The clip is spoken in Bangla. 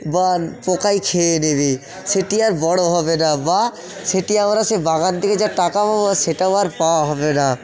বা পোকায় খেয়ে নেবে সেটি আর বড়ো হবে না বা সেটি আবারও সে বাগান থেকে যা টাকা পাবো সেটাও আর পাওয়া হবে না